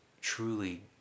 truly